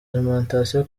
alimentation